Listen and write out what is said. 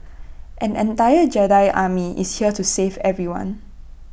an entire Jedi army is here to save everyone